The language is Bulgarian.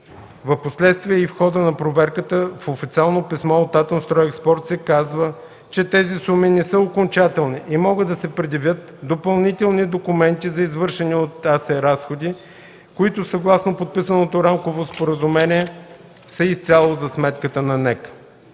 Впоследствие и в хода на проверката в официално писмо от „Атомстройекспорт” се казва, че тези суми не са окончателни и могат да се предявят допълнителни документи за извършени от „Атомстройекспорт” разходи, които съгласно подписаното рамково споразумение са изцяло за сметка на